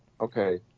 Okay